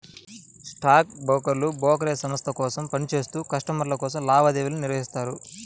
stock బ్రోకర్లు brokerage సంస్థ కోసం పని చేత్తూ కస్టమర్ల కోసం లావాదేవీలను నిర్వహిత్తారు